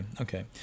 okay